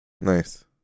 nice